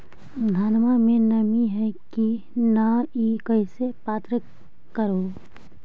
धनमा मे नमी है की न ई कैसे पात्र कर हू?